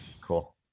Cool